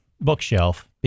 bookshelf